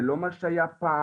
זה לא מה שהיה פעם,